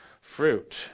fruit